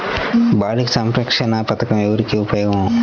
బాలిక సంరక్షణ పథకం ఎవరికి ఉపయోగము?